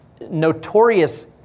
notorious